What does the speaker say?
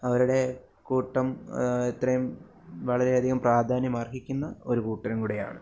അവരുടെ കൂട്ടം ഇത്രയും വളരെയധികം പ്രാധാന്യം അർഹിക്കുന്ന ഒരു കൂട്ടരും കൂടിയാണ്